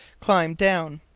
climb down.